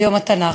על יום התנ"ך.